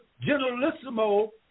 Generalissimo